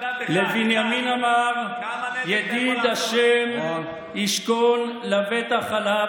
"ולבנימין אמר ידיד ה' ישכן לבטח עליו